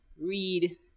read